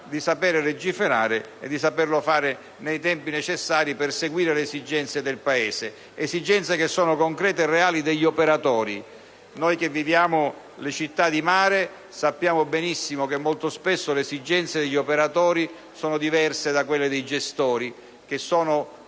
di saper legiferare e di saperlo fare nei tempi necessari per seguire le esigenze del Paese; esigenze concrete e reali degli operatori. Noi che viviamo le città di mare sappiamo benissimo che molto spesso le esigenze degli operatori sono diverse da quelle dei gestori, che talvolta